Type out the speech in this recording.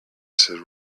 said